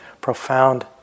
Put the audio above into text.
profound